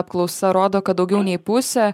apklausa rodo kad daugiau nei pusė